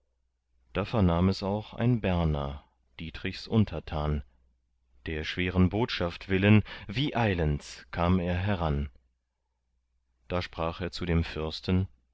da vernahm es auch ein berner dietrichs untertan der schweren botschaft willen wie eilends kam er heran da sprach er zu dem fürsten